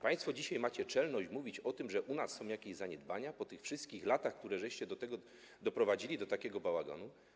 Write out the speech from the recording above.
Państwo dzisiaj macie czelność mówić o tym, że u nas są jakieś zaniedbania po tych wszystkich latach, w których doprowadziliście do takiego bałaganu?